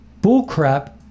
bullcrap